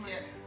Yes